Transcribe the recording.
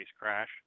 crash